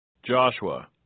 Joshua